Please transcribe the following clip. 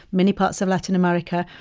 many parts of latin america,